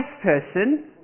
person